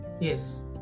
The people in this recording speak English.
Yes